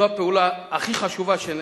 זו הפעולה הכי חשובה שנעשית.